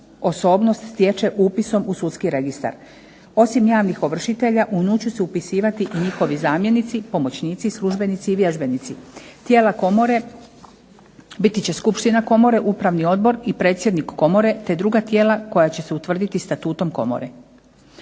osobnost stječe upisom u Sudski registar. Osim javnih ovršitelja u nju će se upisivati i njihovi zamjenici, pomoćnici, službenici i vježbenici. Tijela komore biti će Skupština komore, Upravni odbor i predsjednik Komore te druga tijela koja će se utvrditi Statutom Komore.